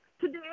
Today